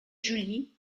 julie